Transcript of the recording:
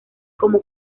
como